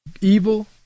evil